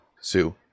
Sue